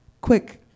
quick